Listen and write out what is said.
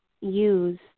use